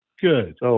Good